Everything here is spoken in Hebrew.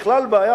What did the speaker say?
בכלל בעיה,